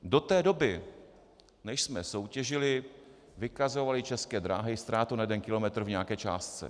Do té doby, než jsme soutěžili, vykazovaly České dráhy ztrátu na jeden kilometr v nějaké částce.